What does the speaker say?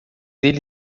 ele